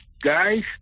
guys